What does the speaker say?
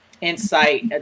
insight